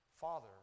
Father